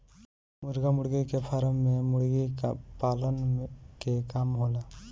मुर्गा मुर्गी के फार्म में मुर्गी पालन के काम होला